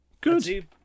Good